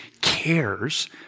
cares